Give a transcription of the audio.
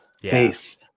Face